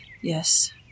Yes